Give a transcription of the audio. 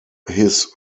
his